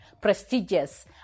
prestigious